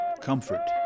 comfort